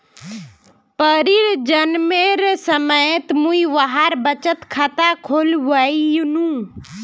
परीर जन्मेर समयत मुई वहार बचत खाता खुलवैयानु